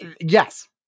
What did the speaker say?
Yes